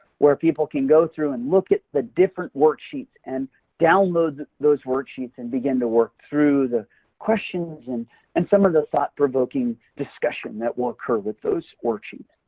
where people can go through and look at the different worksheets and download those worksheets and begin to work through the questions and and some of the thought-provoking discussion that will occur with those worksheets.